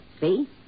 See